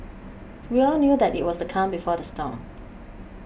we all knew that it was the calm before the storm